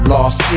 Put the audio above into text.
Lost